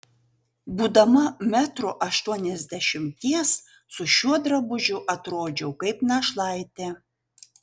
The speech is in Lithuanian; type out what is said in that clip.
būdama metro aštuoniasdešimties su šiuo drabužiu atrodžiau kaip našlaitė